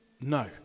No